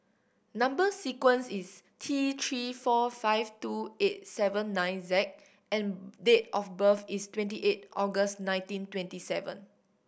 number sequence is T Three four five two eight seven nine Z and date of birth is twenty eight August nineteen twenty seven